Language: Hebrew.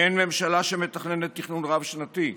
אין ממשלה שמתכננת תכנון רב-שנתי.